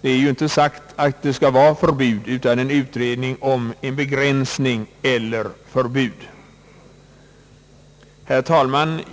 Det är ju inte sagt att det skall vara förbud, utan det gäller en utredning om en begränsning eller ett förbud. Herr talman!